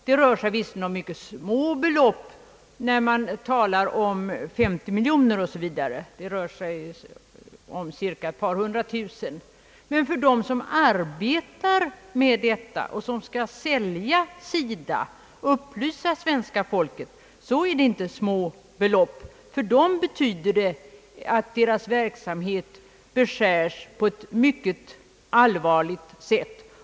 Det rör sig visserligen om mycket små belopp mot bakgrunden av de 50 miljoner som debatten huvudsakligen gällt. Det rör sig sålunda om cirka ett par hundra tusen kronor. Men för dem som arbetar för att informera och som så att säga skall sälja SIDA, är det inte små belopp. För dem betyder åtgärden att deras verksamhet beskärs på ett mycket allvarligt sätt.